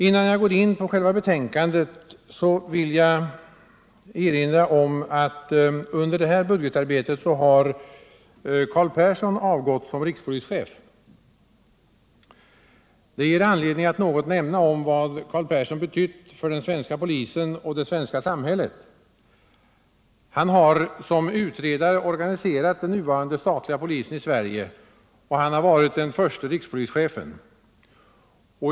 Innan jag går in på själva betänkandet vill jag erinra om att under det nu avslutade budgetarbetet har Carl Persson avgått som rikspolischef. Det ger anledning att nämna något om vad Carl Persson betytt för den svenska polisen och det svenska samhället. Han har som utredare organiserat den nuvarande statliga polisen i Sverige, och han har varit den förste rikspolischefen.